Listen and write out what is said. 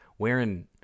Wearing